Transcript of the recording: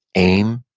aim,